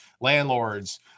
landlords